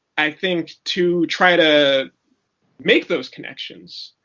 i think, to try to make those connections.